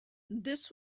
this